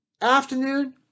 afternoon